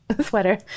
sweater